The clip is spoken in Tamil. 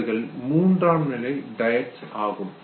இவைகள் மூன்றாம் நிலை டயட்ஸ் இருவுணர்வு கலப்பு ஆகும்